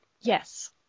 Yes